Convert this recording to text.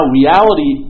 reality